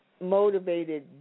motivated